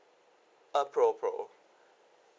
uh pro pro